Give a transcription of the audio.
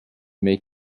make